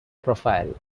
profile